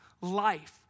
life